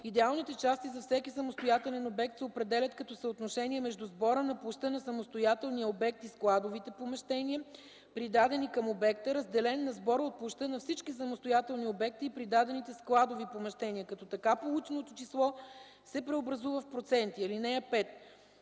идеалните части за всеки самостоятелен обект се определят като съотношение между сбора на площта на самостоятелния обект и складовите помещения, придадени към обекта, разделен на сбора от площта на всички самостоятелни обекти и придадените складови помещения, като така полученото число се преобразува в проценти.